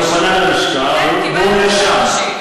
אבל הוא פנה ללשכה והוא נרשם.